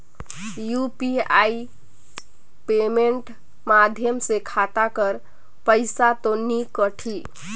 UPI payment माध्यम से खाता कर पइसा तो नी कटही?